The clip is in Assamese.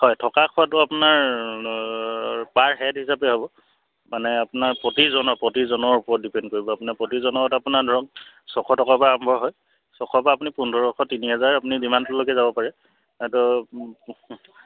হয় থকা খোৱাটো আপোনাৰ পাৰ হেড হিচাপে হ'ব মানে আপোনাৰ প্ৰতিজনৰ প্ৰতিজনৰ ওপৰত ডিপেণ্ড কৰিব আপোনাৰ প্ৰতিজনত আপোনাৰ ধৰক ছশ টকাৰ পৰা আৰম্ভ হয় ছশৰ পৰা আপুনি পোন্ধৰশ তিনি হাজাৰ আপুনি যিমানটোলৈকে যাব পাৰে ত'